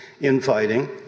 infighting